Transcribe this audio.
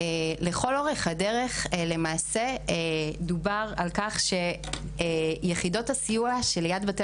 לכל אורך הדרך למעשה דובר על-כך שיחידות הסיוע שליד בתי